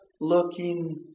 looking